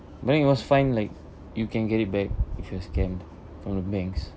bank it was fine like you can get it back if you're scammed from the banks